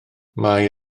mae